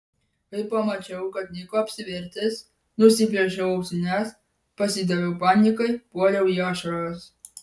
kai pamačiau kad niko apsivertęs nusiplėšiau ausines pasidaviau panikai puoliau į ašaras